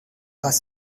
das